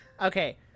okay